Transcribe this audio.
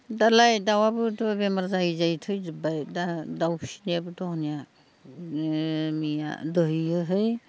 दालाय दाउआबोथ' बेमार जायै जायै थैजोबबाय दा दाउ फिसिनायाबो दं आंनिया दहैयोहै